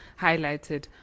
highlighted